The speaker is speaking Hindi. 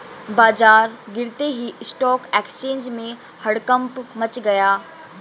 बाजार गिरते ही स्टॉक एक्सचेंज में हड़कंप मच गया